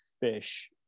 fish